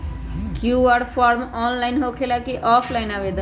QR form online होकेला कि offline आवेदन?